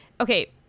Okay